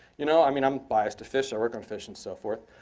you know i mean, i'm biased to fish. i work on fish, and so forth.